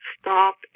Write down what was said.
stop